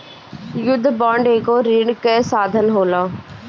युद्ध बांड एगो ऋण कअ साधन होला